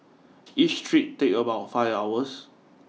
each trip take about five hours